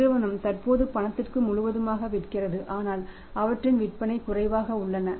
நிறுவனம் தற்போது பணத்திற்கு முழுவதுமாக விற்கிறது ஆனால் அவற்றின் விற்பனை குறைவாக உள்ளன